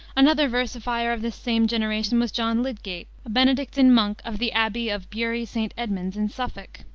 another versifier of this same generation was john lydgate, a benedictine monk, of the abbey of bury st. edmunds, in suffolk,